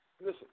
listen